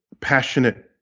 passionate